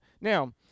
Now